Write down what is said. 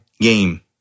game